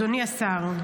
אדוני השר,